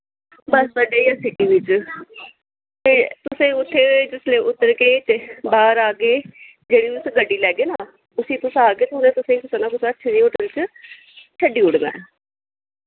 बसअड्डे जां सिटी बिच्च ते तुसें उत्थै जिसलै उतरगे ते बाह्र औगे जेह्ड़ी तुस गड्डी लैगे नां उस्सी तुस आखगे ते उ'नें तुसें कुसै अच्छे होटल च छड्डी उड़ना ऐ